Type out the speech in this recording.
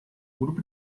grupo